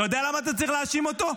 אתה יודע למה את צריך להאשים אותו?